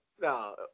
no